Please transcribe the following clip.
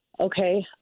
Okay